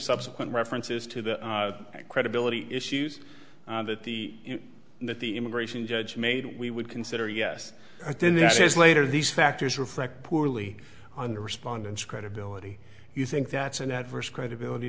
subsequent references to the credibility issues that the that the immigration judge made we would consider yes i thin this is later these factors reflect poorly on the respondents credibility you think that's an adverse credibility